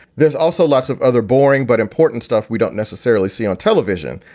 there's also lots of other boring but important stuff we don't necessarily see on television,